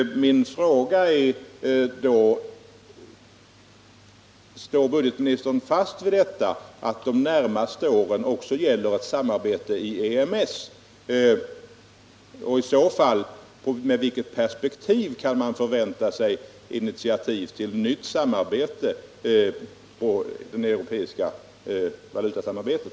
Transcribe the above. Min fråga blir då: Står budgetministern fast vid att ”de närmaste åren” också gäller ett samarbete i EMS? Och när kan man i så fall förvänta sig initiativ från svensk sida till ett nytt samarbete när det gäller det europeiska valutasamarbetet?